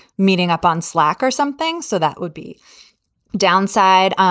meeting up on slack or something. so that would be downside.